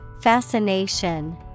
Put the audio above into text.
Fascination